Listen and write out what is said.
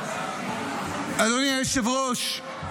אדוני היושב-ראש,